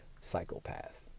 psychopath